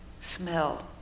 smell